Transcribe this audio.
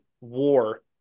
war